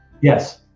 yes